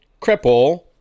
cripple